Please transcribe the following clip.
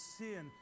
sin